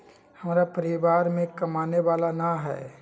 हमरा परिवार में कमाने वाला ना है?